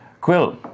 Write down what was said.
Quill